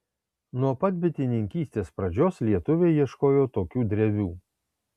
nuo pat bitininkystės pradžios lietuviai ieškojo tokių drevių